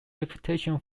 reputation